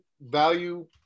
value